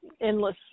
endless